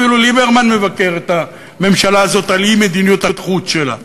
אפילו ליברמן מבקר את הממשלה הזאת על אי-מדיניות החוץ שלה.